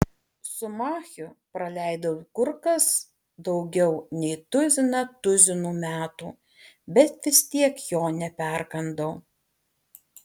su machiu praleidau kur kas daugiau nei tuziną tuzinų metų bet vis tiek jo neperkandau